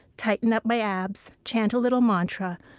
tighten up my abs, chant a little mantra,